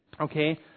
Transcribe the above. Okay